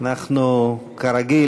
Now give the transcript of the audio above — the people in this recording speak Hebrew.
כרגיל,